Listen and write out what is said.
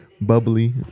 bubbly